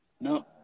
No